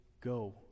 go